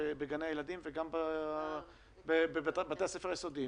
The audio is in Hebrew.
שיכול לקחת חלק בבתי הספר היסודיים